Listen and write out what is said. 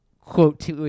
quote